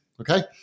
Okay